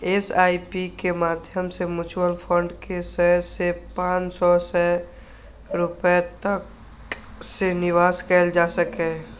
SIP के माध्यम सं म्यूचुअल फंड मे सय सं पांच सय रुपैया तक सं निवेश कैल जा सकैए